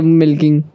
milking